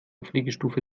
pflegestufe